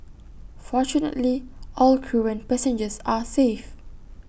fortunately all crew and passengers are safe